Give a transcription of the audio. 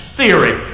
theory